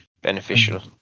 beneficial